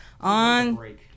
On